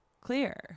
clear